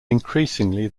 increasingly